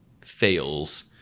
fails